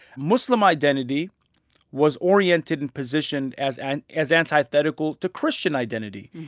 muslim identity was oriented and positioned as and as antithetical to christian identity.